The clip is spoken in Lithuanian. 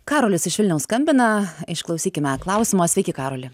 karolis iš vilniaus skambina išklausykime klausimo sveiki karoli